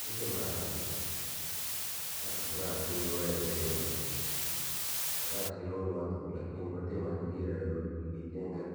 Ni kimare kwanza furaha si uriweza ula tuku. Furaha si iulua tuuku lakini kwate mazingira ye urikijengera